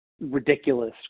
ridiculous